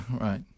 right